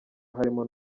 harimo